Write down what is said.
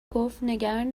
گفتنگران